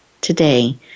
today